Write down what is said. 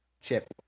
chip